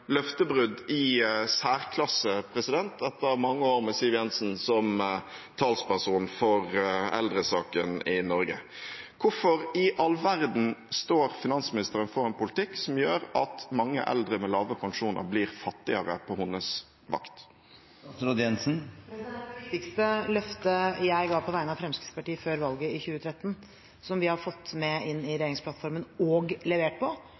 løftebrudd i særklasse etter mange år med Siv Jensen som talsperson for eldresaken i Norge. Hvorfor i all verden står finansministeren for en politikk som gjør at mange eldre med lave pensjoner blir fattigere på hennes vakt? Det viktigste løftet jeg ga på vegne av Fremskrittspartiet før valget i 2013, og som vi har fått med inn i regjeringsplattformen og levert på,